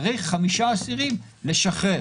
צריך חמישה אסירים לשחרר.